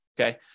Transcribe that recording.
Okay